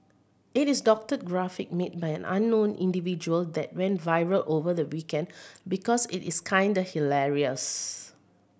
it's a doctored graphic made by an unknown individual that went viral over the weekend because it is kinda hilarious